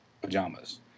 pajamas